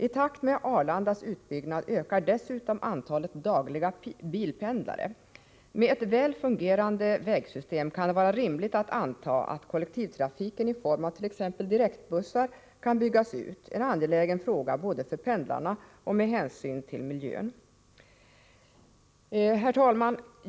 I takt med Arlandas utbyggnad ökar dessutom antalet dagliga bilpendlare. Med ett väl fungerande vägsystem kan det vara rimligt att anta att kollektivtrafiken t.ex. i form av direktbussar kan byggas ut, en angelägen fråga både för pendlarna och med hänsyn till miljön. Herr talman!